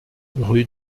rue